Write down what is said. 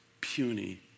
puny